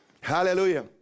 Hallelujah